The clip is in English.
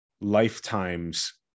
lifetimes